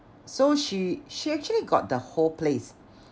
so she she actually got the whole place